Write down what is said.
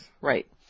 Right